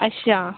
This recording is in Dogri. अच्छा